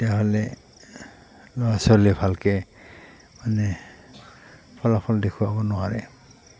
তেতিয়াহ'লে ল'ৰা ছোৱালীয়ে ভালকৈ মানে ফলাফল দেখুৱাব নোৱাৰে